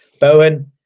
bowen